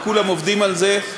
אנחנו, כולם, עובדים על זה.